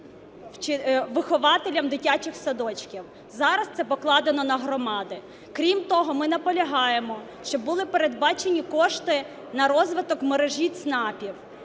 вихователям дитячих садочків. Зараз це покладено на громади. Крім того, ми наполягаємо, щоб були передбачені кошти на розвиток мережі ЦНАПів.